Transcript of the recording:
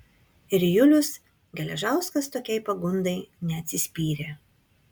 ir julius geležauskas tokiai pagundai neatsispyrė